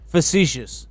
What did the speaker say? Facetious